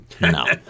No